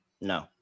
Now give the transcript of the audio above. No